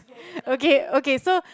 okay okay so